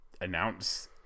announce